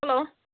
hello